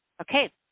okay